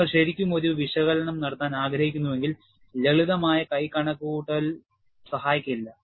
നിങ്ങൾ ശരിക്കും ഒരു വിശകലനം നടത്താൻ ആഗ്രഹിക്കുന്നുവെങ്കിൽ ലളിതമായ കൈ കണക്കുകൂട്ടൽ സഹായിക്കില്ല